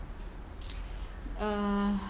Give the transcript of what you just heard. uh